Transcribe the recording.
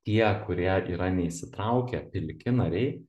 tie kurie yra neįsitraukę pilki nariai